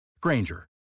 Granger